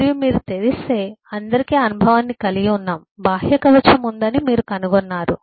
మరియు మీరు తెరిస్తే అందరికి ఆ అనుభవాన్ని కలిగి ఉన్నాము బాహ్య కవచం ఉందని మీరు కనుగొన్నారు